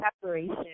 separation